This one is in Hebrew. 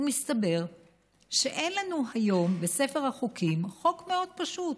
ומסתבר שאין לנו היום בספר החוקים חוק מאוד פשוט,